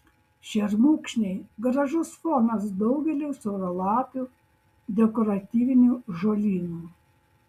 šermukšniai gražus fonas daugeliui siauralapių dekoratyvinių žolynų